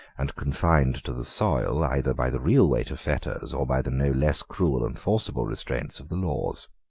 and confined to the soil, either by the real weight of fetters, or by the no less cruel and forcible restraints of the laws.